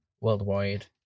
worldwide